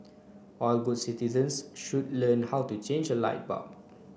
all good citizens should learn how to change a light bulb